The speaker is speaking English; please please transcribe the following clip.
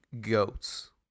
goats